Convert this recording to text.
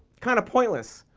kind of pointless.